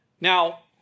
Now